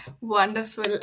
wonderful